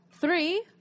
Three